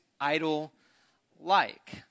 idol-like